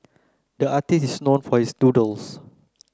the artist is known for his doodles